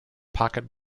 pocket